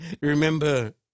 remember